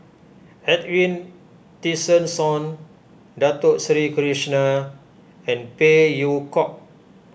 Edwin Tessensohn Dato Sri Krishna and Phey Yew Kok